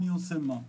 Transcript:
מי עושה מה.